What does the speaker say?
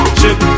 chip